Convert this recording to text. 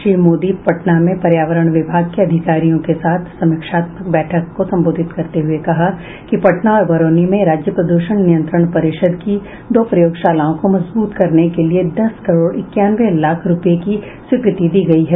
श्री मोदी पटना में पर्यावरण विभाग के अधिकारियों के साथ समीक्षात्मक बैठक को संबोधित करते हुये कहा कि पटना और बरौनी में राज्य प्रदूषण नियंत्रण परिषद की दो प्रयोगशालाओं को मजबूत करने के लिये दस करोड़ इक्यानवे लाख रूपये की स्वीकृति दी गयी है